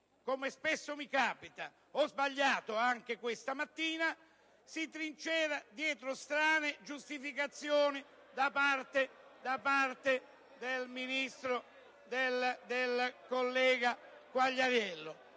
come spesso mi capita, «ho sbagliato anche questa mattina» si trincera dietro strane giustificazioni addotte dal collega Quagliariello...